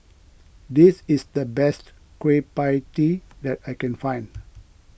this is the best Kueh Pie Tee that I can find